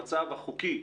המצב החוקי,